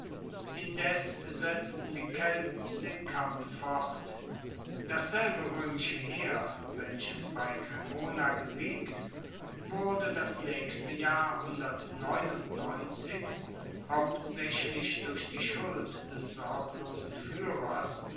indes setzten die kelten den kampf fort dasselbe roemische heer welches bei cremona gesiegt wurde das naechste jahr hauptsaechlich durch die schuld des sorglosen fuehrers